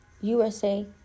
USA